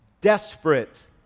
desperate